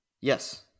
Yes